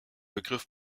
begriff